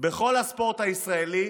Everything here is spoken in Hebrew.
בכל הספורט הישראלי